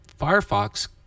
Firefox